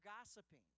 gossiping